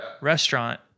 restaurant